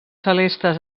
celestes